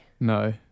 No